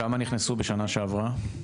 כמה נכנסו בשנה שעברה?